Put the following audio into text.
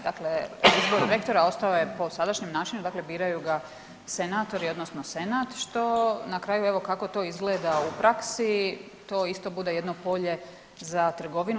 Dakle, izbor rektora ostao je po sadašnjem načinu, dakle biraju ga senatori odnosno senat što na kraju evo kako to izgleda u praksi to isto bude jedno polje za trgovinu.